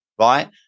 right